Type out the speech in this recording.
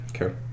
Okay